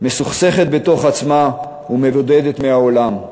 מסוכסכת בתוך עצמה ומבודדת מהעולם?